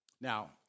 Now